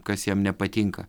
kas jam nepatinka